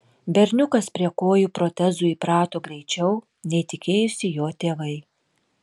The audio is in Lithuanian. berniukas prie kojų protezų įprato greičiau nei tikėjosi jo tėvai